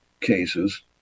cases